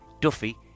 Duffy